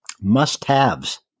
must-haves